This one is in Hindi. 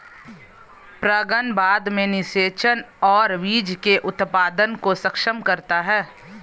परागण बाद में निषेचन और बीज के उत्पादन को सक्षम करता है